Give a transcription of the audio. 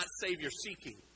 Savior-seeking